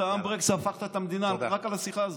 הנדברקס והפכת את המדינה רק על השיחה הזאת.